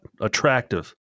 attractive